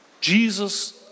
Jesus